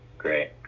great